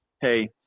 Hey